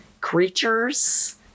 creatures